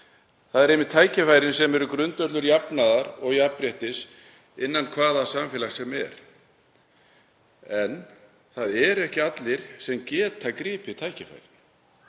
Það eru einmitt tækifæri sem eru grundvöllur jafnaðar og jafnréttis innan hvaða samfélags sem er. En það eru ekki allir sem geta gripið tækifærið.